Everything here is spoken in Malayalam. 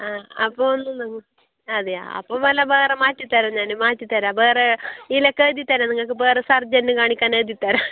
ആ അപ്പോൽ ഒന്ന് നിങ്ങൽ അതെയോ അപ്പോൽ വല്ല വേറെ മാറ്റിത്തരാം ഞാൻ മാറ്റിത്തരാം വേറെ ഇതിലേക്ക് എഴുതി തരാം നിങ്ങൾക്ക് വേറെ സർജന് കാണിക്കാൻ എഴുതി തരാം